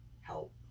help